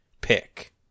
pick